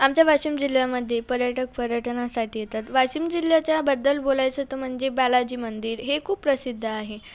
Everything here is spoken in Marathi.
आमच्या वाशिम जिल्ह्यामध्ये पर्यटक पर्यटनासाठी येतात वाशिम जिल्ह्याच्याबद्दल बोलायचं तर म्हणजे बालाजी मंदिर हे खूप प्रसिद्ध आहे